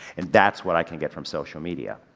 and that's what i can get from social media.